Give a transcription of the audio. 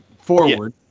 forward